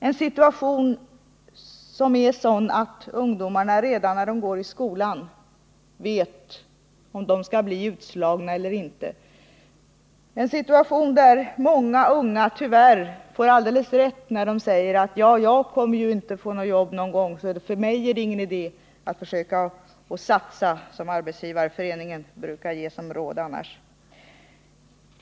Vi måste förhindra att vi får en situation där ungdomar redan när de går i skolan vet om de skall bli utslagna eller inte, en situation där många unga tyvärr får alldeles rätt när de säger: Jag kommer ju inte att få något jobb, för mig är det ingen idé att ”satsa på mig själv”, som Arbetsgivareföreningens råd lyder.